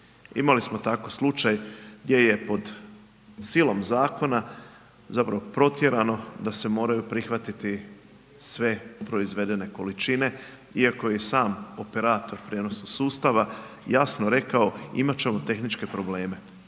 Imali smo tako slučaj gdje je pod silom zakona zapravo protjerano da se moraju prihvatiti sve proizvedene količine iako je i sam operator prijenosa sustava jasno rekao imat ćemo tehničke probleme